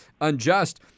unjust